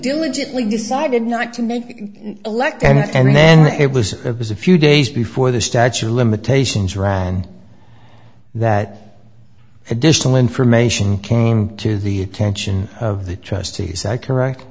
diligently decided not to make electronic and then it was it was a few days before the statute of limitations ran that additional information came to the attention of the trustees i correct